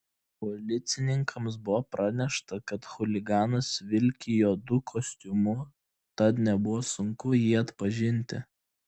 policininkams buvo pranešta kad chuliganas vilki juodu kostiumu tad nebuvo sunku jį atpažinti